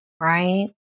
right